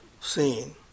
seen